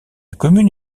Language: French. commune